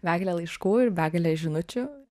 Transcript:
begale laiškų ir begale žinučių